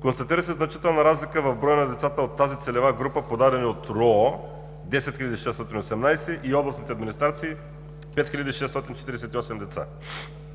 Констатира се значителна разлика в броя на децата от тази целева група, подадени от регионалните управления на